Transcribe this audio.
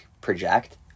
project